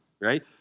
right